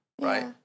Right